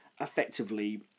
effectively